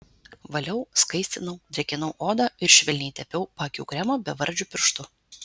valiau skaistinau drėkinau odą ir švelniai tepiau paakių kremą bevardžiu pirštu